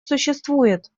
существует